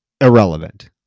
irrelevant